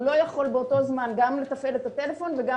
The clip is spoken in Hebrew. הוא לא יכול באותו זמן גם לתפעל את הטלפון וגם